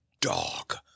dog